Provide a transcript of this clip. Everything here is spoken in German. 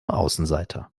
außenseiter